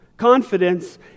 Confidence